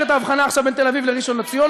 את ההבחנה עכשיו בין תל-אביב לראשון-לציון,